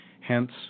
hence